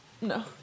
No